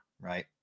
right